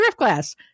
Driftglass